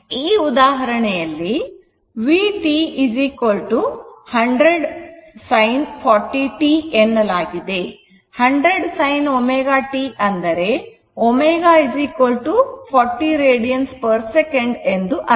ಈ ಉದಾಹರಣೆಯಲ್ಲಿ v t100 sin 40 t ಎನ್ನಲಾಗಿದೆ 100 sin ω t ಅಂದರೆ ω 40 radian per second ಎಂದು ಅರ್ಥ